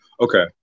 okay